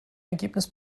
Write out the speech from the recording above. ergebnis